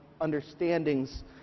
understandings